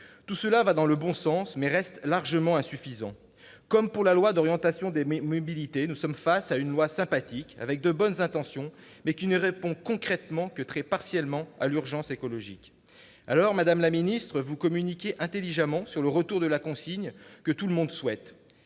Tout cela va dans le bon sens, mais reste largement insuffisant. Comme pour la loi d'orientation des mobilités, nous sommes face à un texte sympathique, nourri de bonnes intentions, mais qui ne répond concrètement que très partiellement à l'urgence écologique. Alors, madame la secrétaire d'État, vous communiquez intelligemment sur le retour de la consigne, que tout le monde souhaite.